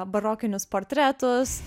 barokinius portretus